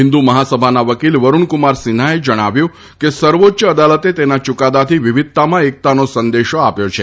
હિન્દુ મહાસભાના વકીલ વરૂણકુમાર સિન્હાએ જણાવ્યું છે કે સર્વોચ્ય અદાલતે તેના યૂકાદાથી વિવિધતામાં એકતાનો સંદેશો આપ્યો છે